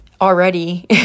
already